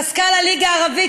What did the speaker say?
מזכ"ל הליגה הערבית,